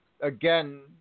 again